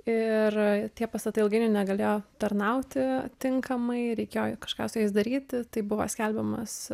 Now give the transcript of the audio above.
ir tie pastatai ilgainiui negalėjo tarnauti tinkamai reikėjo kažką su jais daryti tai buvo skelbiamas